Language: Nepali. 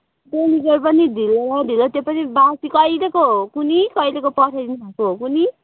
डेलिभर पनि ढिलो न ढिलो त्यो पनि बासी कहिलेको हो कुन्नि कहिलेको पठाइदिनु भएको हो कुन्नि